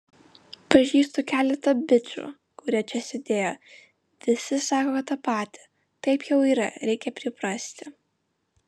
pažįstu keletą bičų kurie čia sėdėjo visi sako tą patį taip jau yra reikia priprasti